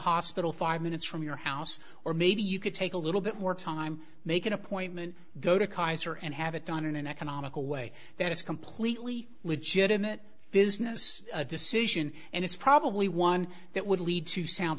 hospital five minutes from your house or maybe you could take a little bit more time make an appointment go to kaiser and have it done in an economical way that is completely legitimate business decision and it's probably one that would lead to sound